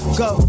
go